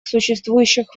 существующих